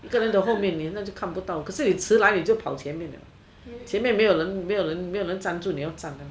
一个人的后面别人就看不到可是你迟来你就跑前面了前面没有人没有人没有人站你就要站